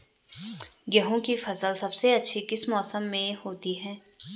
गेहूँ की फसल सबसे अच्छी किस मौसम में होती है